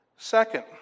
Second